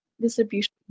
distribution